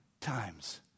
times